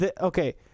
Okay